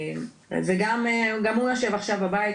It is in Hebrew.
גם הוא יושב עכשיו בבית,